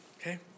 Okay